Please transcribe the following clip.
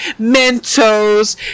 mentos